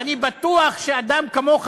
ואני בטוח שאדם כמוך,